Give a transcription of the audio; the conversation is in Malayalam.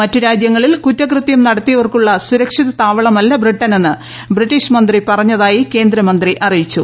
മറ്റ് രാജ്യങ്ങളിൽ കുറ്റകൃത്യം നടത്തിയവർക്കുള്ള സുരക്ഷിത താവളമല്ല ബ്രിട്ടനെന്ന് ബ്രിട്ടീഷ് മന്ത്രി പറഞ്ഞതായി കേന്ദ്രമന്ത്രി അറിയിച്ചു